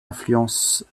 influence